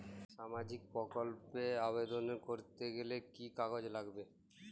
সামাজিক প্রকল্প এ আবেদন করতে গেলে কি কাগজ পত্র লাগবে?